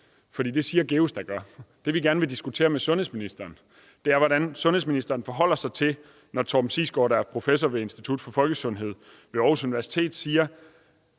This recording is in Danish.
nitrat. Det siger GEUS jo at der gør. Det, vi gerne vil diskutere med sundhedsministeren, er, hvordan sundhedsministeren forholder sig, når Torben Sigsgaard, der er professor ved Institut for Folkesundhed ved Aarhus Universitet, siger,